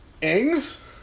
Ings